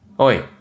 Oi